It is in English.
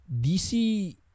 DC